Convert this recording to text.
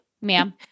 ma'am